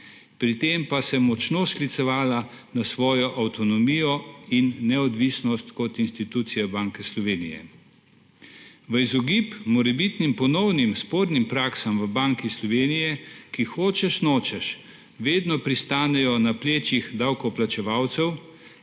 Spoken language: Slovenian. pri tem pa se močno sklicevala na svojo avtonomijo in neodvisnost kot institucija Banke Slovenije. V izogib morebitnim ponovnim spornim praksam v Banki Slovenije, ki hočeš nočeš vedno pristanejo na plečih davkoplačevalcev,